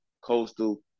Coastal